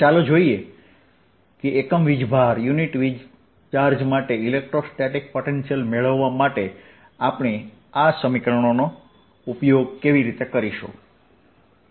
ચાલો જોઈએ કે એકમ વીજભાર માટે ઇલેક્ટ્રોસ્ટેટિક પોટેન્શિયલ મેળવવા માટે આપણે આ સમીકરણોનો ઉપયોગ કેવી રીતે કરીશું